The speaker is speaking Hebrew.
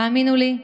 והאמינו לי,